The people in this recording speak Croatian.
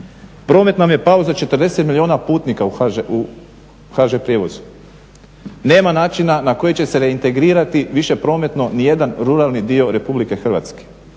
Promet nam je pao za 40 milijuna putnika u HŽ prijevozu. Nema načina na koji će se reintegrirati više prometno ni jedan ruralni dio RH. Odustaje